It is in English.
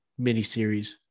miniseries